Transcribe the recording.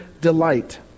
delight